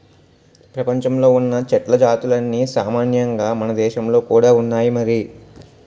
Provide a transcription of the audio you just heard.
ప్రపంచంలో ఉన్న చెట్ల జాతులన్నీ సామాన్యంగా మనదేశంలో కూడా ఉన్నాయి మరి